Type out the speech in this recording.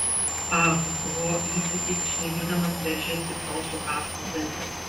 ah ho įsiūtis šnypšdamas veržėsi pro sukąstus dantis